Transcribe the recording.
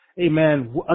Amen